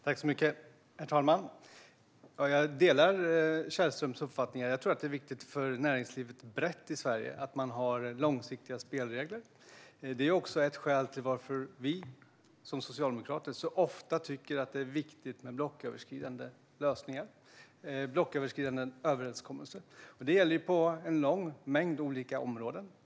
Herr talman! Jag delar Källströms uppfattningar. Jag tror att det är viktigt för näringslivet brett i Sverige att man har långsiktiga spelregler. Det är också ett skäl till att vi socialdemokrater ofta tycker att det är viktigt med blocköverskridande lösningar och överenskommelser. Detta gäller på en mängd olika områden.